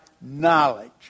knowledge